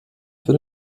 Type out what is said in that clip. für